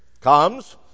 comes